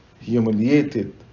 humiliated